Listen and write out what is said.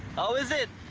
how is it?